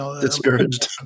Discouraged